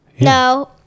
No